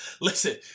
Listen